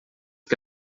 que